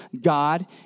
God